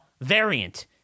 variant